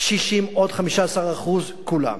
קשישים, עוד 15% כולם.